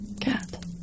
Cat